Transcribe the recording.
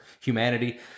humanity